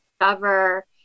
discover